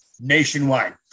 nationwide